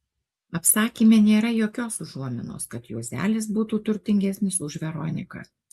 apsakyme nėra jokios užuominos kad juozelis būtų turtingesnis už veroniką